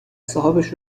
صاحابش